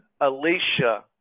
Alicia